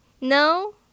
No